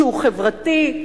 חברתי,